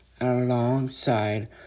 alongside